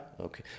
okay